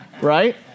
right